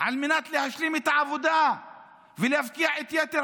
על מנת להשלים את העבודה ולהפקיע את יתר